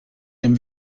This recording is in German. dem